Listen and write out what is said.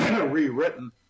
rewritten